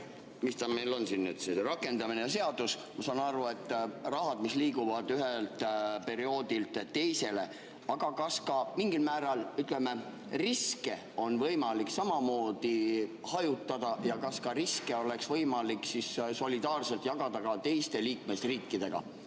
mis ta meil on siin nüüd siis? – rakendamine ja seadus, sellega. Ma saan aru, et on rahad, mis liiguvad ühest perioodist teise. Aga kas mingil määral, ütleme, on ka riske võimalik samamoodi hajutada? Ja kas riske oleks võimalik solidaarselt jagada ka teiste liikmesriikidega?